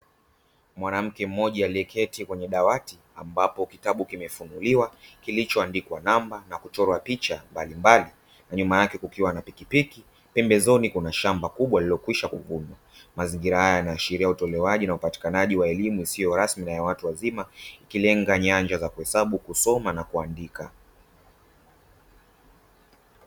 Mwanamke mmoja aliyeketi kwenye dawati, ambapo kitabu kimefunguliwa kilichoandikwa namba na kuchorwa picha mbalimbali, na nyuma yake kukiwa na pikipiki. Pembezoni kuna shamba kubwa lililokwisha kuvunwa. Mazingira haya yanaashiria utolewaji na upatikanaji wa elimu isiyo rasmi na ya watu wazima, ikilenga nyanja za kuhesabu, kusoma na kuandika.